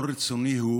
כל רצוני הוא